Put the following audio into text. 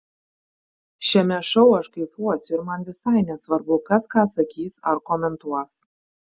šiame šou aš kaifuosiu ir man visai nesvarbu kas ką sakys ar komentuos